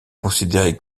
considérée